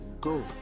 Go